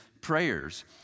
prayers